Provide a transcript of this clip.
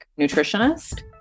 nutritionist